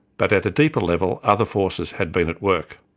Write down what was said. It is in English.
but at a deeper level other forces had been at work.